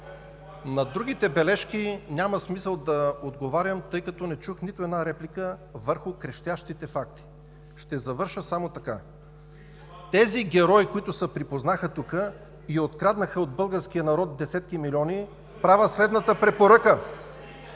На другите бележки няма смисъл да отговарям, тъй като не чух нито една реплика върху крещящите факти. Ще завърша само така – на тези герои, които се припознаха тук, и откраднаха от българския народ десетки милиони, правя следната препоръка: